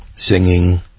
Singing